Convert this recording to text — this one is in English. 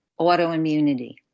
autoimmunity